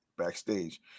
Backstage